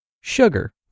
sugar